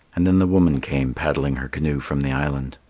and then the woman came paddling her canoe from the island.